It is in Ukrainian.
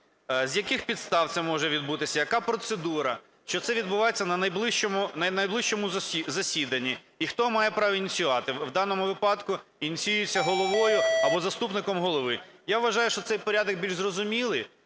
з яких підстав це може відбутися, яка процедура, що це відбувається на найближчому засіданні, і хто має прав ініціювати. В даному випадку ініціюється головою або заступником голови. Я вважаю, що цей порядок більш зрозумілий.